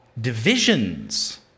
divisions